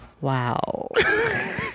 wow